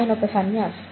అయన ఒక సన్యాసి